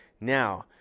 Now